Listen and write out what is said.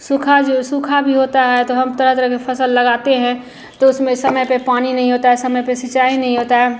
सूखा जो सूखा भी होता है तो हम तरह तरह की फ़सल लगाते हैं तो उसमें समय पर पानी नहीं होता है समय पर सिंचाई नहीं होती है